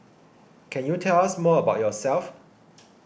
can you tell us more about yourself